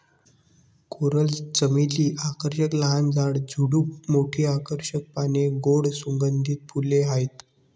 coral चमेली आकर्षक लहान झाड, झुडूप, मोठी आकर्षक पाने, गोड सुगंधित फुले आहेत